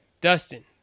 Dustin